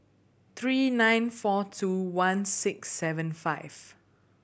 three nine four two one six seven five